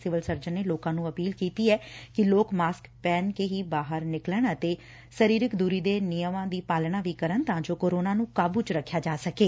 civil surgeon ਨੇ ਲੋਕਾ ਨੂੰ ਅਪੀਲ ਕੀਤੀ ਕਿ ਲੋਕ ਮਾਸਕ ਪਹਿਣ ਕੇ ਹੀ ਬਾਹਰ ਨਿਕਲਣ ਅਤੇ ਸਰੀਰਕ ਦੁਰੀ ਦੇ ਨਿਯਮ ਦੀ ਪਾਲਣਾ ਵੀ ਕਰਨ ਤਾਂ ਜੋ ਕੋਰੋਨਾ ਨੁੰ ਕਾਬੁ ਚ ਰੱਖਿਆ ਜਾ ਸਕੇ